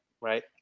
right